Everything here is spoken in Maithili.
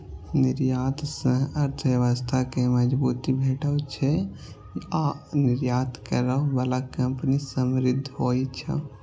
निर्यात सं अर्थव्यवस्था कें मजबूती भेटै छै आ निर्यात करै बला कंपनी समृद्ध होइ छै